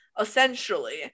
essentially